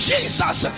Jesus